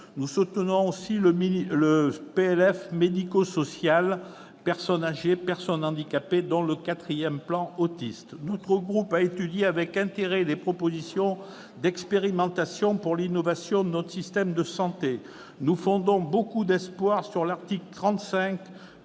mesures portant sur la branche médico-sociale- personnes âgées et personnes handicapées -, dont le quatrième plan autisme. Notre groupe a étudié avec intérêt les propositions d'expérimentations pour l'innovation de notre système de santé. Nous fondons beaucoup d'espoirs sur l'article 35,